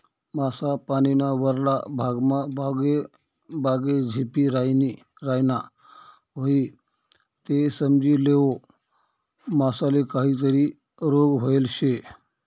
मासा पानीना वरला भागमा बागेबागे झेपी रायना व्हयी ते समजी लेवो मासाले काहीतरी रोग व्हयेल शे